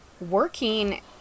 working